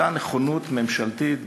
הייתה נכונות ממשלתית,